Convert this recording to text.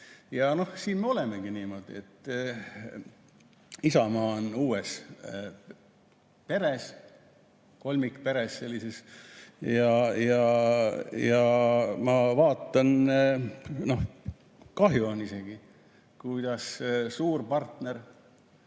Ja siin me olemegi niimoodi. Isamaa on uues peres, sellises kolmikperes. Ja ma vaatan, noh, kahju on isegi, kuidas suur partner